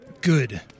good